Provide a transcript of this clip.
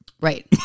Right